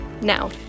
Now